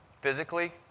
physically